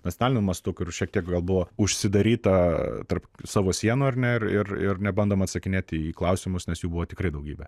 nacionaliniu mastu kartu šiek tiek gal buvo užsidaryta tarp savo sienų ar ne ir ir nebandoma atsakinėti į klausimus nes jų buvo tikrai daugybė